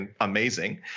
amazing